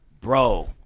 bro